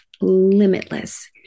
limitless